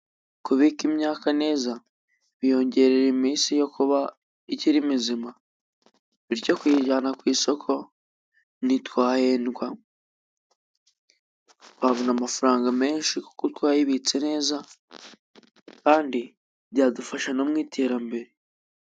Kubika imyaka neza biyongerera iminsi yo kuba ikiri mizima, bityo kuyijyana ku isoko ntitwahendwa, twabona amafaranga menshi kuko twayibitse neza kandi byadufasha no mu iterambere.